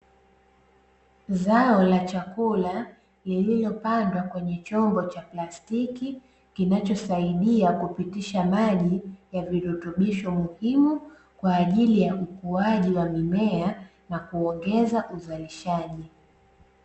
Zao la chakula lililopandwa kwenye chombo cha plastiki, kinachosaidia kupitisha maji ya virutubisho muhimu kwa ajili ya ukuaji wa mimea na kuongeza uzalishaji.